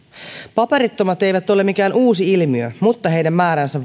paperittomat eivät ole mikään uusi ilmiö mutta heidän määränsä